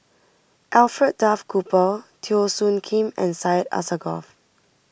Alfred Duff Cooper Teo Soon Kim and Syed Alsagoff